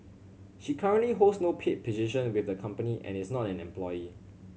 she currently holds no paid position with the company and is not an employee